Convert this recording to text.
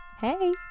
hey